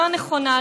לא נכונה,